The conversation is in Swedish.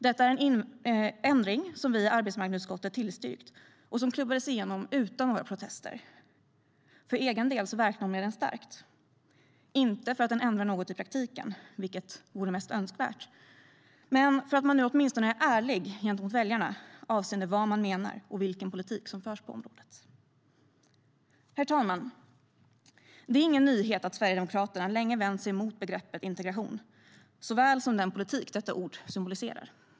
Detta är en ändring som vi i arbetsmarknadsutskottet tillstyrkt och som klubbades igenom utan några protester. För egen del välkomnar jag den starkt, inte för att den ändrar något i praktiken, vilket vore mest önskvärt, utan för att man nu åtminstone är ärlig gentemot väljarna avseende vad man menar och vilken politik som förs på området. Herr talman! Det är ingen nyhet att Sverigedemokraterna länge vänt sig mot begreppet integration såväl som den politik detta ord symboliserar.